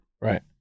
Right